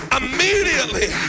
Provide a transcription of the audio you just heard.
immediately